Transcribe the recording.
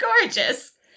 gorgeous